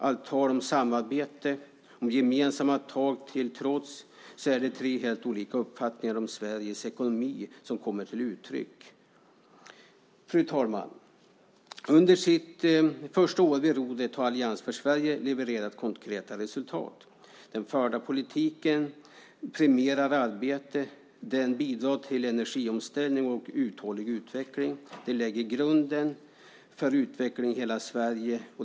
Allt tal om samarbete och gemensamma tag till trots är det tre helt olika uppfattningar om Sveriges ekonomi som kommer till uttryck. Fru talman! Under sitt första år vid rodret har Allians för Sverige levererat konkreta resultat. Den förda politiken premierar arbete. Den bidrar till energiomställning och uthållig utveckling. Den lägger grunden för utveckling i hela Sverige.